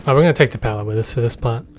um we're gonna take the pallet with us for this part.